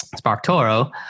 Sparktoro